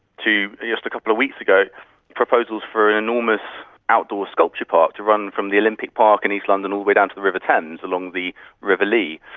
to just a couple of weeks ago proposals for an enormous outdoor sculpture park to run from the olympic park in east london all the way down to the river thames along the river lea.